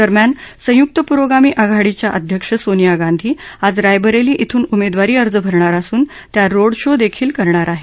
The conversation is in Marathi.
दरम्यान संयुक्त पुरोगामी आघाडीच्या अध्यक्ष सोनिया गांधी आज रायबरेली इथून उमेदवारी अर्ज भरणार असून त्या रोड शो देखील करणार आहेत